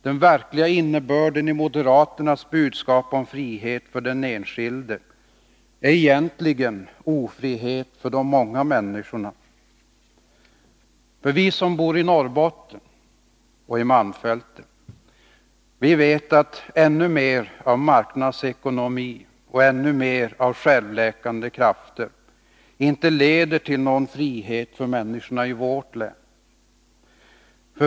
Den verkliga innebörden i moderaternas budskap om frihet för den enskilde är egentligen ofrihet för de många människorna. Vi som bor i Norrbotten och malmfälten vet att ännu mer av marknadsekonomi och ännu mer av självläkande krafter inte leder till någon frihet för människorna i vårt län.